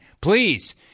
Please